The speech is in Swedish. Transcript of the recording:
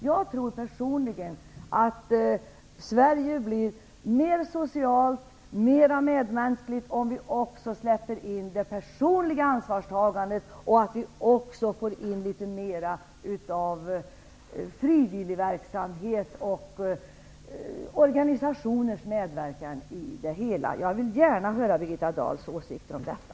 Personligen tror jag att Sverige blir mera socialt och mera medmänskligt om vi också släpper in det personliga ansvarstagandet och om vi får in litet mera av frivilligverksamhet och organisationers medverkan i det hela. Jag vill gärna höra Birgitta Dahls åsikter om detta.